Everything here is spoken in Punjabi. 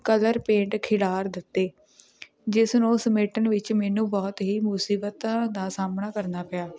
ਕਲਰ ਪੇਂਟ ਖਿਲਾਰ ਦਿੱਤੇ ਜਿਸਨੂੰ ਉਹ ਸਮੇਟਨ ਵਿੱਚ ਮੈਨੂੰ ਬਹੁਤ ਹੀ ਮੁਸੀਬਤਾਂ ਦਾ ਸਾਹਮਣਾ ਕਰਨਾ ਪਿਆ